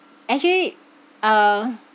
actually uh